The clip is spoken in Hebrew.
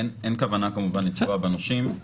אין כוונה כמובן לפגוע בנושים,